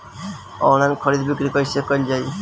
Online खरीद बिक्री कइसे कइल जाला?